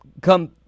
come